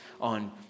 on